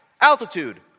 altitude